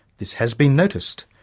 this has been noticed.